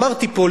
אמרתי פה,